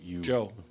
Joe